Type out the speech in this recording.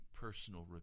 personal